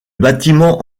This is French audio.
bâtiment